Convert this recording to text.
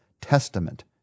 Testament